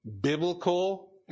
biblical